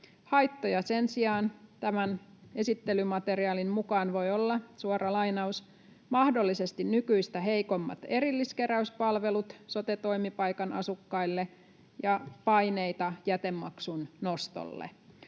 Haittoja sen sijaan tämän esittelymateriaalin mukaan voi olla. Suora lainaus: ”Mahdollisesti nykyistä heikommat erilliskeräyspalvelut sote-toimipaikan asukkaille ja paineita jätemaksun nostolle.”